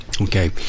Okay